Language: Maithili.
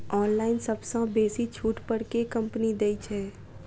ऑनलाइन सबसँ बेसी छुट पर केँ कंपनी दइ छै?